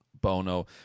Bono